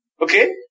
okay